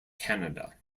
canada